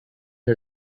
her